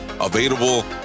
available